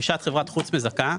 ברכישת חברת חוץ מזכה,